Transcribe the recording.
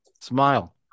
Smile